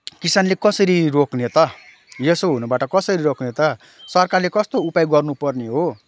किसानले कसरी रोक्ने त यसो हुनबाट कसरी रोक्ने त सरकारले कस्तो उपाय गर्नपर्ने हो